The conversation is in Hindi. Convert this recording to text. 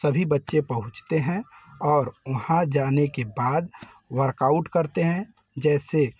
सभी बच्चे पहुँचते हैं और वहाँ जाने के बाद वर्कआउट करते हैं जैसे